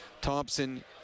Thompson